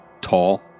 tall